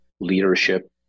leadership